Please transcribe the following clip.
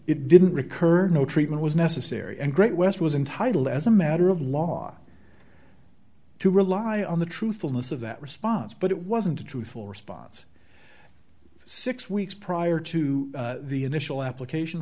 it didn't occur no treatment was necessary and great west was entitled as a matter of law to rely on the truthfulness of that response but it wasn't a truthful response six weeks prior to the initial application